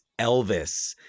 Elvis